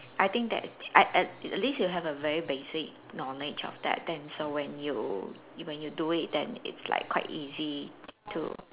I think that I I at least you have a very basic knowledge of that then so when you when you do it then it's like quite easy to